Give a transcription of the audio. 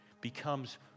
becomes